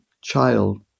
child